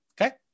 Okay